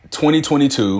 2022